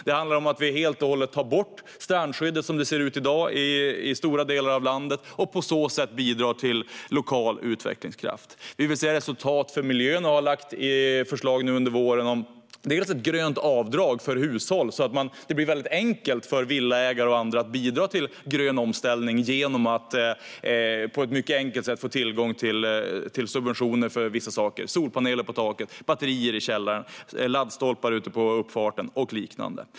Det handlar om att vi helt och hållet tar bort strandskyddet som det ser ut i dag i stora delar av landet och på så sätt bidrar till lokal utvecklingskraft. Vi vill se resultat för miljön och har lagt fram förslag under våren om ett grönt avdrag för hushåll så att det blir väldigt enkelt för villaägare och andra att bidra till grön omställning. Det handlar om att de på ett mycket enkelt sätt ska få tillgång till subventioner för vissa saker - solpaneler på taket, batterier i källaren, laddstolpar ute på uppfarten och liknande.